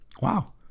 wow